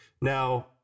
Now